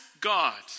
God